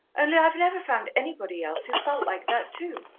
only i've never found anybody else who felt like that too.